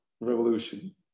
revolution